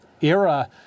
era